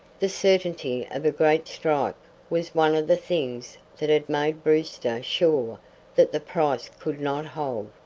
the certainty of a great strike was one of the things that had made brewster sure that the price could not hold.